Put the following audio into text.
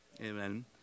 Amen